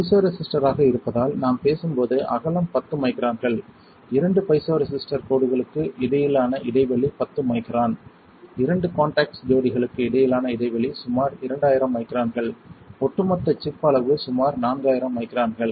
பைசோரெசிஸ்டராக இருப்பதால் நாம் பேசும்போது அகலம் 10 மைக்ரான்கள் இரண்டு பைசோ ரெசிஸ்டர் கோடுகளுக்கு இடையிலான இடைவெளி 10 மைக்ரான் இரண்டு காண்டாக்ட்ஸ் ஜோடிகளுக்கு இடையிலான இடைவெளி சுமார் 2000 மைக்ரான்கள் ஒட்டுமொத்த சிப் அளவு சுமார் 4000 மைக்ரான்கள்